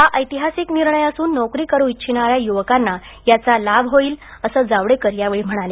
हा ऐतिहासिक निर्णय असून नोकरी करू इच्छणाऱ्या युवकांना याचा लाभ होईल असं जावडेकर यावेळी म्हणाले